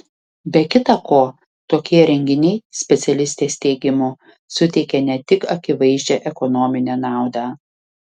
be kita ko tokie renginiai specialistės teigimu suteikia ne tik akivaizdžią ekonominę naudą